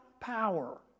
power